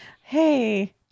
Hey